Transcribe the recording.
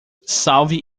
salve